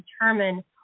determine